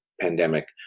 pandemic